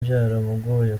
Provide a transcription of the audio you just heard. byaramugoye